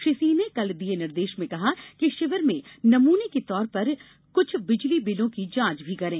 श्री सिंह ने कल दिए निर्देश में कहा कि शिविर में नमूने के तौर पर कुछ बिजली बिलों की जांच भी करें